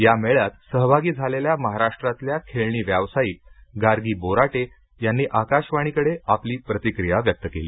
या मेळ्यात सहभागी झालेल्या महाराष्ट्रातल्या खेळणी व्यावसायिक गार्गी बोराटे यांनी आकाशवाणीकडे आपली प्रतिक्रिया व्यक्त केली